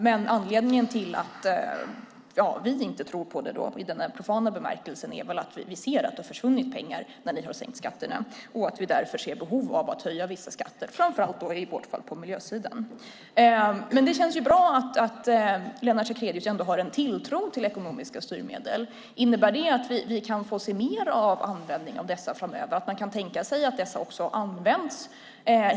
Men anledningen till att vi inte tror på det - i den profana bemärkelsen - är att vi ser att det har försvunnit pengar när ni har sänkt skatterna och att vi därför ser behov av att höja vissa skatter, i vårt fall framför allt på miljösidan. Men det känns bra att Lennart Sacrédeus ändå har en tilltro till ekonomiska styrmedel. Innebär det att vi kan få se mer användning av dessa framöver, att man alltså kan tänka sig att dessa också används?